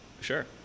sure